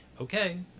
okay